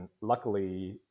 luckily